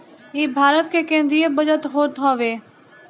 इ भारत के केंद्रीय बजट होत हवे